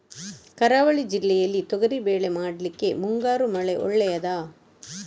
ಕರಾವಳಿ ಜಿಲ್ಲೆಯಲ್ಲಿ ತೊಗರಿಬೇಳೆ ಮಾಡ್ಲಿಕ್ಕೆ ಮುಂಗಾರು ಮಳೆ ಒಳ್ಳೆಯದ?